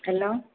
hello